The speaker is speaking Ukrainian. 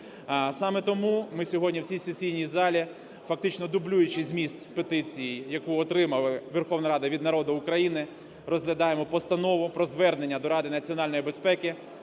Саме тому ми сьогодні в цій сесійній залі, фактично дублюючи зміст петиції, яку отримала Верховна Рада від народу України, розглядаємо постанову про звернення до Ради національної безпеки